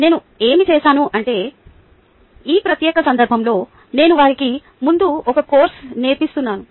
నేను ఏమి చేశాను అంటే ఈ ప్రత్యేక సందర్భంలో నేను వారికి ముందు ఒక కోర్సు నేర్పిస్తున్నాను